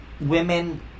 women